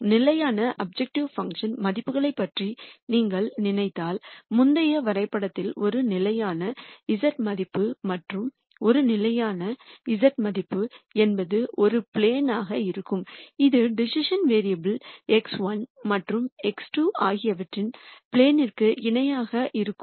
எனவே நிலையான objective function மதிப்புகளைப் பற்றி நீங்கள் நினைத்தால் முந்தைய வரைபடத்தில் ஒரு நிலையான z மதிப்பு மற்றும் ஒரு நிலையான z மதிப்பு என்பது ஒரு ப்ளேனாக இருக்கும் இது டிசிசன் வேரியபுல்கள் x1 மற்றும் x2 ஆகியவற்றின் ப்ளேனில்ற்கு இணையாக இருக்கும்